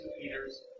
Peter's